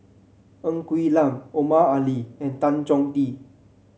Ng Quee Lam Omar Ali and Tan Chong Tee